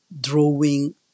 drawing